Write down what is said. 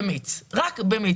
רק במיץ.